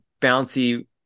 bouncy